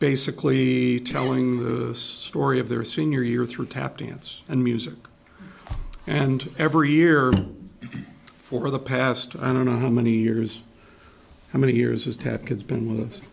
basically telling the us orry of their senior year through tap dance and music and every year for the past i don't know how many years how many years has tapped it's been with